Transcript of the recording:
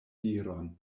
viron